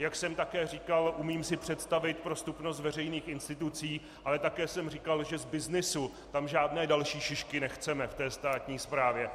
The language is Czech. Jak jsem také říkal, umím si představit prostupnost veřejných institucí, ale také jsem říkal, že z byznysu tam žádné další Šišky nechceme v té státní správě.